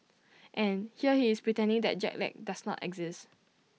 and here he is pretending that jet lag does not exist